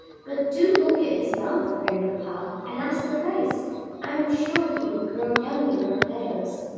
but do look at his mouth, grandpapa, and ask the price i am sure he would grow young in our meadows.